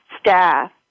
staff